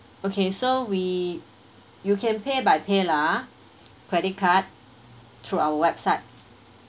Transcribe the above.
okay so we you can pay by paylah credit card through our website